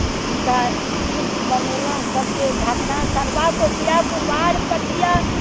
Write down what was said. हुनका खीर बनेलहुँ सबके ढकना सरबा कोसिया कुरबार पटिआ